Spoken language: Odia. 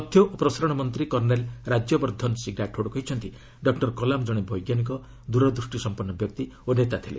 ତଥ୍ୟ ଓ ପ୍ରସାରଣ ମନ୍ତ୍ରୀ କର୍ଷେଲ୍ ରାଜ୍ୟବର୍ଦ୍ଧନ ରାଠୋଡ୍ କହିଛନ୍ତି ଡକୁର କଲାମ୍ ଜଣେ ବୈଜ୍ଞାନିକ ଦୂରଦୂଷ୍ଟିସମ୍ପନ୍ନ ବ୍ୟକ୍ତି ଓ ନେତା ଥିଲେ